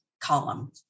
column